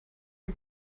ein